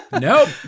Nope